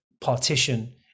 partition